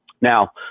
Now